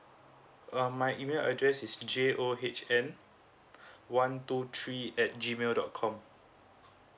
um my email address is j o h n one two three at G mail dot com